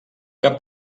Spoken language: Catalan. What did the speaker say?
que